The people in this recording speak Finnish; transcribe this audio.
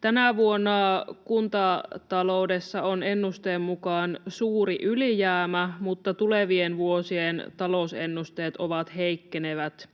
Tänä vuonna kuntataloudessa on ennusteen mukaan suuri ylijäämä, mutta tulevien vuosien talousennusteet ovat heikkenevät.